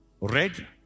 Red